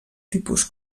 tipus